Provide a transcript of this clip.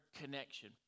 connection